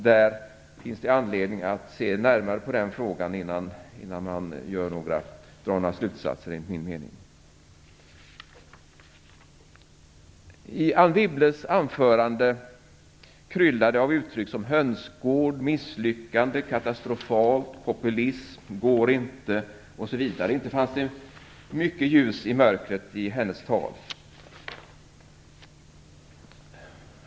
Det finns anledning att se närmare på den frågan innan man drar några slutsatser. I Anne Wibbles anförande kryllade det av uttryck såsom hönsgård, misslyckande, katastrofal, populism, det går inte, osv. Inte fanns det mycket ljus i mörkret i hennes tal.